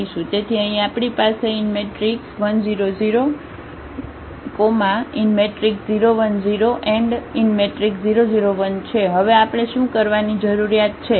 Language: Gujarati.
તેથી અહીં આપણી પાસે 1 0 0 0 1 0 0 0 1 છે હવે આપણે શું કરવાની જરૂરિયાત છે